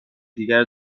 دیگر